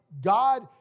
God